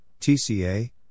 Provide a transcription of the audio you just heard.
TCA